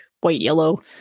white-yellow